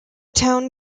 town